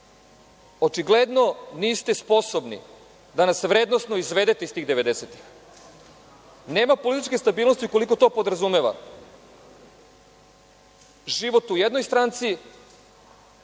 očigledno niste sposobnosti da nas vrednosno izvedete iz tih 90-ih. Nema političke stabilnosti ukoliko to podrazumeva život u jednoj stranci